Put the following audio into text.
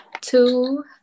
Two